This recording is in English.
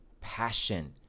passion